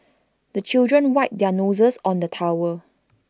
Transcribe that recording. the children wipe their noses on the towel